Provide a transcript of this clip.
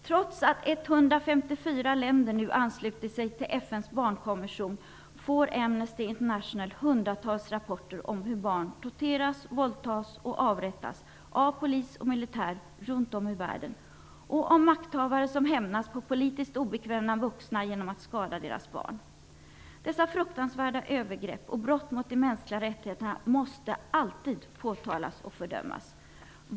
Trots att 154 länder nu har anslutit sig till FN:s barnkonvention får Amnesty International hundratals rapporter om hur barn torteras, våldtas och avrättas av polis och militär runt om i världen och om makthavare som hämnas på politiskt obekväma vuxna genom att skada deras barn. Dessa fruktansvärda övergrepp och brott mot de mänskliga rättigheterna måste alltid påtalas och fördömas.